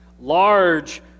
large